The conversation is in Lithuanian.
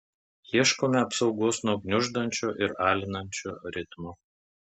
ieškome apsaugos nuo gniuždančio ir alinančio ritmo